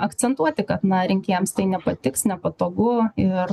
akcentuoti kad na rinkėjams tai nepatiks nepatogu ir